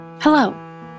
Hello